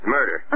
Murder